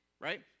right